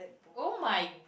oh my